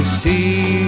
see